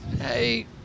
hey